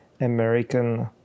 American